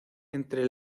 entre